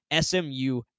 smu